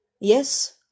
Yes